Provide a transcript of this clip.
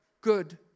good